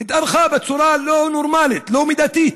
התארכה בצורה לא נורמלית, לא מידתית,